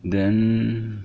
then